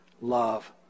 love